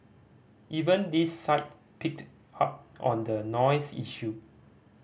even this site picked up on the noise issue